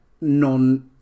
non